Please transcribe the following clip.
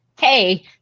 Hey